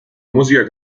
musica